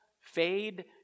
fade